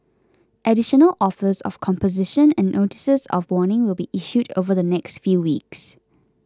additional offers of composition and notices of warning will be issued over the next few weeks